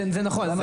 זה נכון.